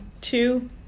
two